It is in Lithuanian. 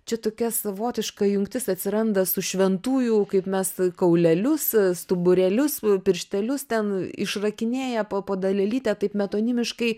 čia tokia savotiška jungtis atsiranda su šventųjų kaip mes kaulelius stuburėlius pirštelius ten išrakinėja po po dalelytę taip metonimiškai